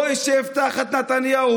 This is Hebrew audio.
לא אשב תחת נתניהו,